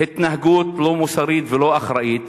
התנהגות לא מוסרית ולא אחראית.